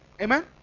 Amen